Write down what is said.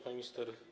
Pani Minister!